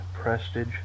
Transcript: Prestige